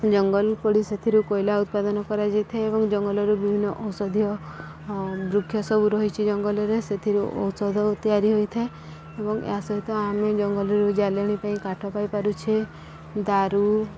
ଜଙ୍ଗଲ ପୋଡ଼ି ସେଥିରୁ କୋଇଲା ଉତ୍ପାଦନ କରାଯାଇଥାଏ ଏବଂ ଜଙ୍ଗଲରୁ ବିଭିନ୍ନ ଔଷଧୀୟ ବୃକ୍ଷ ସବୁ ରହିଛି ଜଙ୍ଗଲରେ ସେଥିରୁ ଔଷଧ ତିଆରି ହୋଇଥାଏ ଏବଂ ଏହା ସହିତ ଆମେ ଜଙ୍ଗଲରୁ ଜାଳେଣି ପାଇଁ କାଠ ପାଇପାରୁଛେ ଦାରୁ